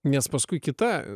nes paskui kita